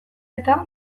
eta